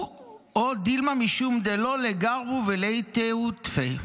"או דילמא משום דלא לגרבו ולייתו טפי?".